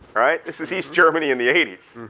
right? this is east germany in the eighty s.